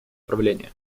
правления